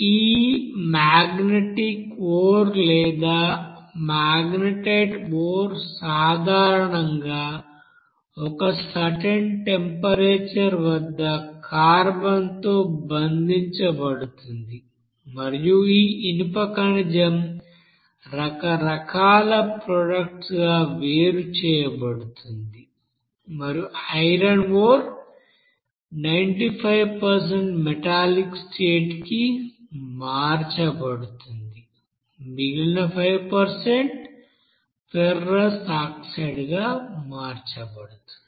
ఈ magnetic ore లేదా magnetite ore సాధారణంగా ఒక సర్టెన్ టెంపరేచర్ వద్ద కార్బన్తో బంధించబడుతుంది మరియు ఈ ఇనుప ఖనిజం రకరకాల ప్రొడక్ట్స్ గా వేరు చేయబడుతుంది మరియు ఐరన్ ఓర్ 95 మెటాలిక్ స్టేట్ కి మార్చబడుతుందిమిగిలిన 5 ఫెర్రస్ఆక్సైడ్గా మార్చబడుతుంది